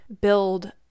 build